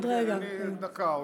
אשיב בדקה.